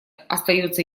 остается